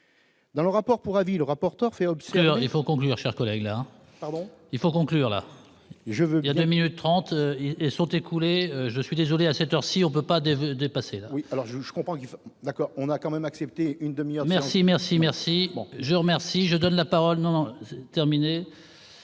Dans le rapport pour avis le rapporteur fait homme. Alors il faut conclure, chers collègues, là il faut conclure là je veux dire, 2 minutes 30 et sont écoulées, je suis désolé, à cette heure-ci, on peut pas de dépasser. Oui, alors je je comprends qu'ils sont d'accord, on a quand même accepté une demi-heure. Merci, merci, merci, je remercie, je donne la parole non terminé,